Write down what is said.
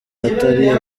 atari